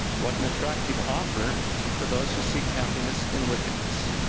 what an attractive offer for those who seek happiness in wickedness!